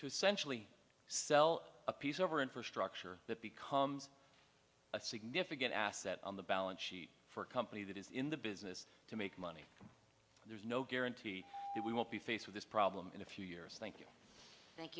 essentially sell a piece over infrastructure that becomes a significant asset on the balance sheet for a company that is in the business to make money there's no guarantee that we will be faced with this problem in a few years thank you thank